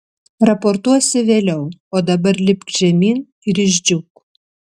raportuosi vėliau o dabar lipk žemyn ir išdžiūk